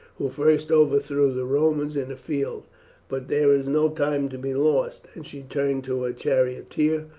who first overthrew the romans in the field but there is no time to be lost and she turned to her charioteer,